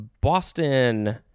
Boston